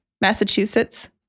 Massachusetts